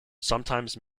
sometimes